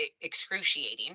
excruciating